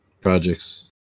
projects